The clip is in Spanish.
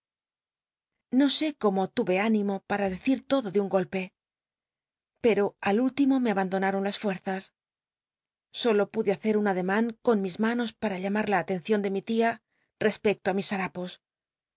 no sé cómo ture ánimo para decil todo de un golpe pero al último me abandonaron las fuerzas solo pude hacer un ademan con mi manos pam lla mar la atencion de mi tia r'cpccto mis hampos